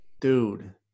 Dude